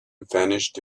vanished